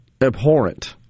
abhorrent